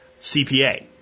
CPA